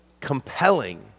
compelling